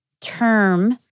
term